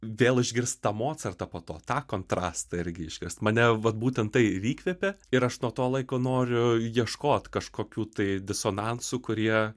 vėl išgirst tą mocartą po to tą kontrastą irgi išgirst mane vat būtent tai ir įkvėpė ir aš nuo to laiko noriu ieškot kažkokių tai disonansų kurie